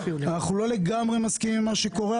אנחנו לא לגמרי מסכימים עם מה שקורה,